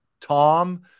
Tom